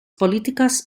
políticas